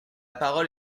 parole